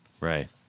Right